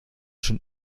schon